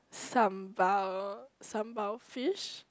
sambal sambal fish